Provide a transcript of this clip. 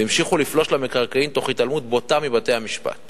והמשיכו לפלוש למקרקעין תוך התעלמות בוטה מבתי-המשפט